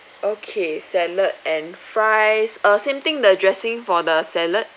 okay salad and fries err same thing the dressing for the salad